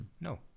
No